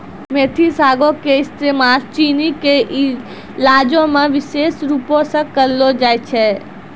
मेथी सागो के इस्तेमाल चीनी के इलाजो मे विशेष रुपो से करलो जाय छै